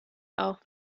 auch